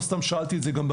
לא סתם שאלתי את זה גם קודם,